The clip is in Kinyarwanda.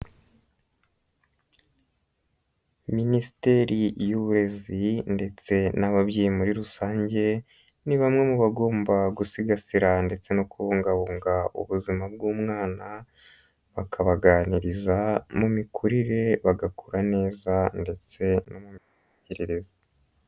Minisiteri y'uburezi ndetse n'ababyeyi muri rusange, ni bamwe mu bagomba gusigasira ndetse no kubungabunga ubuzima bw'umwana, bakabaganiriza mu mikurire bagakora neza ndetse no mu mitekerereze.